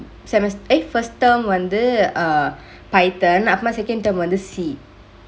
semes~ eh first term வந்து:vanthu err python அப்ரோமா:aproma second term வந்து:vanthu C